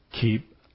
keep